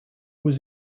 was